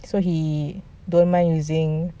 so he don't mind using